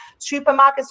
supermarkets